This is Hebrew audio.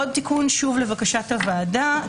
עוד תיקון שהוכנס לבקשת הוועדה,